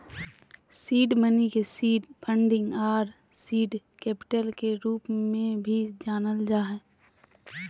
seed money के seed funding आर seed capital के रूप में भी जानल जा हइ